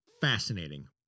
fascinating